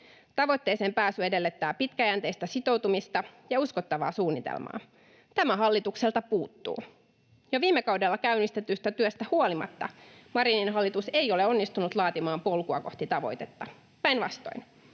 Tavoitteeseen pääsy edellyttää pitkäjänteistä sitoutumista ja uskottavaa suunnitelmaa. Tämä hallitukselta puuttuu. Jo viime kaudella käynnistetystä työstä huolimatta Marinin hallitus ei ole onnistunut laatimaan polkua kohti tavoitetta, päinvastoin.